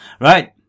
Right